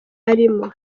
arimo